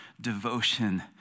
devotion